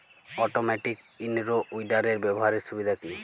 Automatic in row উইডারের ব্যবহারের সুবিধা কি?